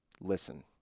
Listen